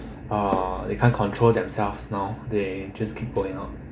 uh they can't control themselves now they just keep going out